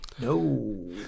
no